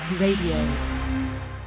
Radio